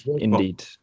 Indeed